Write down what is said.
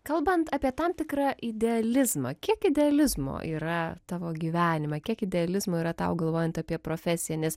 kalbant apie tam tikrą idealizmą kiek idealizmo yra tavo gyvenime kiek idealizmo yra tau galvojant apie profesiją nes